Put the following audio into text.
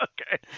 Okay